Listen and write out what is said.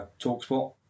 Talkspot